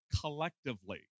collectively